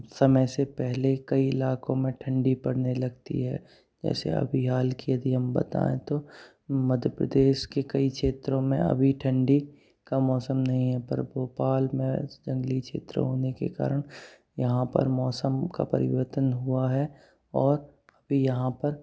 समय से पहले कई इलाकों में ठण्डी पड़ने लगती है जैसे अभी हाल की यदि हम बताऍं तो मध्य प्रदेश के कई क्षेत्रों में अभी ठण्डी का मौसम नहीं है पर भोपाल में जंगली क्षेत्र होने के कारण यहाँ पर मौसम का परिवर्तन हुआ है और अभी यहाँ पर